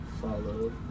follow